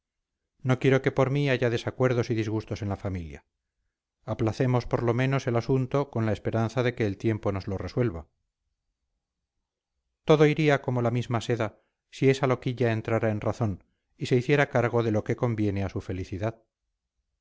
no quiero que por mí haya desacuerdos y disgustos en la familia aplacemos por lo menos el asunto con la esperanza de que el tiempo nos lo resuelva todo iría como la misma seda si esa loquilla entrara en razón y se hiciera cargo de lo que conviene a su felicidad